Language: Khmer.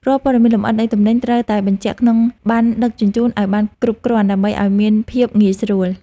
រាល់ព័ត៌មានលម្អិតនៃទំនិញត្រូវតែបញ្ជាក់ក្នុងប័ណ្ណដឹកជញ្ជូនឱ្យបានគ្រប់គ្រាន់ដើម្បីឱ្យមានភាពងាយស្រួល។